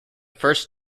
first